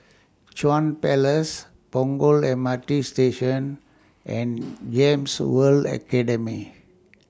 Chuan Palace Punggol M R T Station and Gems World Academy